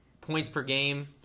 points-per-game